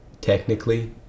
technically